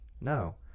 No